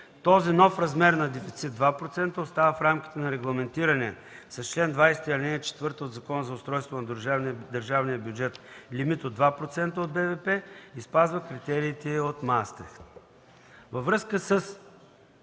Този нов размер на дефицит (2%) остава в рамките на регламентирания с чл. 20, ал. 4 от Закона за устройството на държавния бюджет лимит от 2,0% от БВП и спазва критериите от Маастрихт. Във връзка с